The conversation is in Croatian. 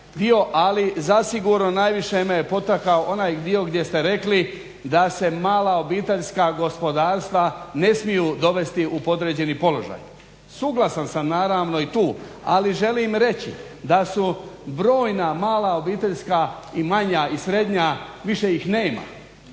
dio. Ali, zasigurno najviše me potakao onaj dio gdje ste rekli da se mala obiteljska gospodarstva ne smiju dovesti u podređeni položaj. Suglasan sam naravno i tu ali želim reći da su brojna mala obiteljska i manja i srednja više ih nema,